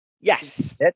Yes